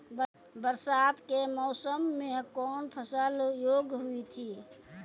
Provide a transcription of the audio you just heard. बरसात के मौसम मे कौन फसल योग्य हुई थी?